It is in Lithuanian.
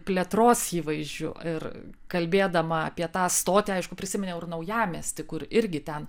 plėtros įvaizdžiu ir kalbėdama apie tą stotį aišku prisiminiau ir naujamiestį kur irgi ten